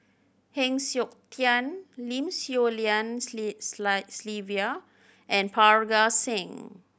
Heng Siok Tian Lim Swee Lian Sylvia and Parga Singh